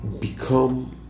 become